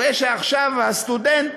הרי שעכשיו הסטודנט